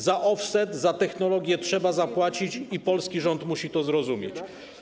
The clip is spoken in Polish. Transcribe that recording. Za offset, za technologie trzeba zapłacić i polski rząd musi to zrozumieć.